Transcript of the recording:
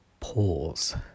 pause